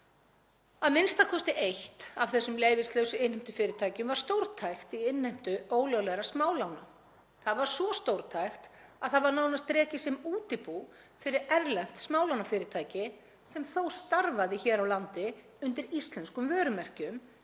A.m.k. eitt af þessum leyfislausu innheimtufyrirtækjum var stórtækt í innheimtu ólöglegra smálána. Það var svo stórtækt að það var nánast rekið sem útibú fyrir erlent smálánafyrirtæki sem þó starfaði hér á landi undir íslenskum vörumerkjum